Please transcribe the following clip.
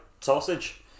sausage